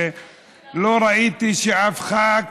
ולא ראיתי שאף ח"כ